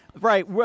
Right